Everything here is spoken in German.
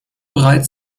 bereit